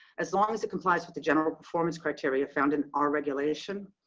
as long as it complies with the general performance criteria found in our regulation.